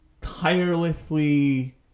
tirelessly